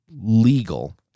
legal